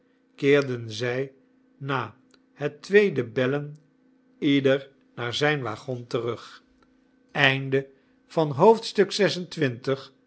keerden zij na het tweede bellen ieder naar zijn waggon terug